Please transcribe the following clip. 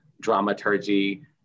Dramaturgy